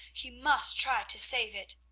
he must try to save it.